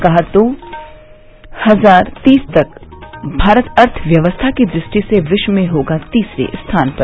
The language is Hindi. कहा दो हजार तीस तक भारत अर्थव्यवस्था की दृष्टि से विश्व में होगा तीसरे स्थान पर